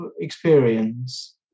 experience